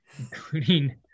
Including